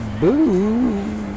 boo